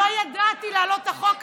לא ידעתי להעלות את החוק הזה,